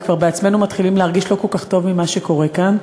וכבר בעצמנו מתחילים להרגיש לא כל כך טוב עם מה שקורה כאן.